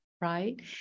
right